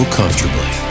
comfortably